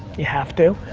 you have to,